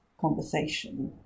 conversation